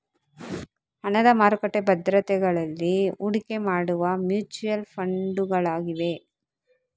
ಹಣದ ಮಾರುಕಟ್ಟೆ ಭದ್ರತೆಗಳಲ್ಲಿ ಹೂಡಿಕೆ ಮಾಡುವ ಮ್ಯೂಚುಯಲ್ ಫಂಡುಗಳಾಗಿವೆ